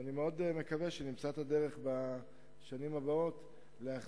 ואני מאוד מקווה שבשנים הבאות נמצא את